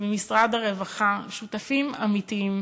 ממשרד הרווחה, שותפים אמיתיים,